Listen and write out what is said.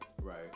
Right